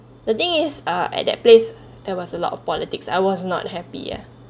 the thing is ah at that place there was a lot of politics I was not happy ah